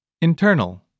internal